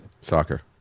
Soccer